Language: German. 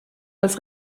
als